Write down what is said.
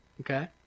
okay